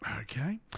Okay